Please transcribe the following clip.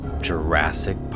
Jurassic